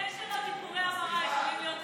במקרה שלו, טיפולי המרה יכולים להיות חיוביים.